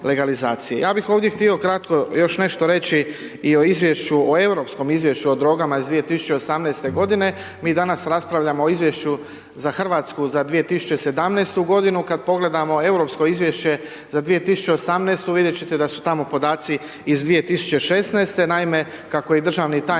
Ja bih ovdje htio kratko još nešto reći i o izvješću, o Europskom izvješću o drogama iz 2018. godine. Mi danas raspravljamo o Izvješću za Hrvatsku za 2017. godinu. Kada pogledamo europsko izvješće za 2018. vidjeti ćete da su tamo podaci iz 2016. Naime, kako je i državni tajnik